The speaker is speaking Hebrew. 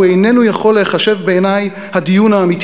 הוא איננו יכול להיחשב בעיני הדיון האמיתי